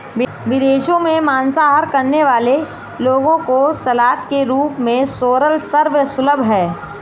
विदेशों में मांसाहार करने वाले लोगों को सलाद के रूप में सोरल सर्व सुलभ है